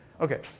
Okay